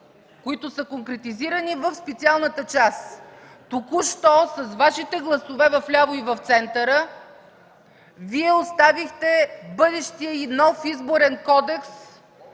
които са конкретизирани в Специалната част. Току-що с Вашите гласове в ляво и в центъра Вие оставихте бъдещия и нов Изборен кодекс